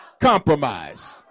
compromise